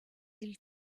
îles